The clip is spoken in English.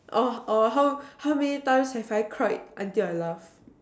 oh oh how how many times have I cried until I laughed